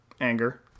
anger